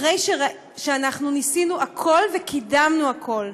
אחרי שניסינו הכול וקידמנו הכול.